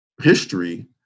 history